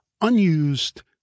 unused